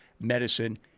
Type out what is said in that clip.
medicine